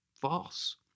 false